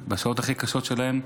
בשעות הכי קשות שלהם,